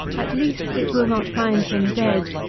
at least it will not find him dead,